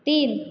तीन